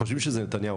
חושבים שזה נתניהו,